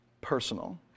personal